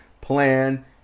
plan